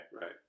Right